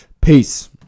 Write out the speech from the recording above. peace